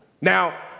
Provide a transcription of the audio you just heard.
Now